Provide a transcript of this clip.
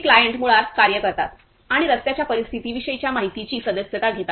हे क्लायंट मुळात कार्य करतात आणि रस्त्याच्या परिस्थितीविषयीच्या माहितीची सदस्यता घेतात